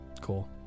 Cool